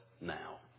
now